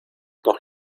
noch